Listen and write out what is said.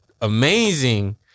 amazing